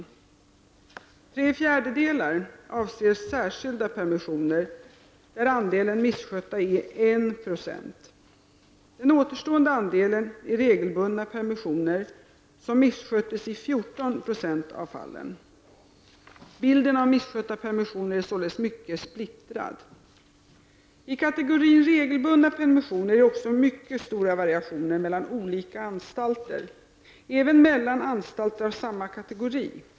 Tre fjärdedelar avser särskilda permissioner, där andelen misskötta är 1 96. Den återstående andelen är regelbundna permissioner som missköttes i 14 96 av fallen. Bilden av misskötta permissioner är således mycket splittrad. I kategorin regelbundna permissioner är det också mycket stora variationer mellan olika anstalter, även mellan anstalter av samma kategori.